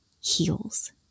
heals